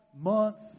months